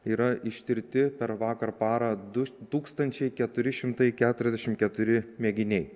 yra ištirti per vakar parą du tūkstančiai keturi šimtai keturiasdešimt keturi mėginiai